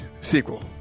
sequel